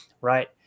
right